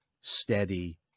steady